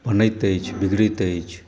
बनैत अछि बिगड़ैत अछि